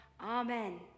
Amen